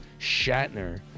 Shatner